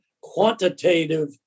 quantitative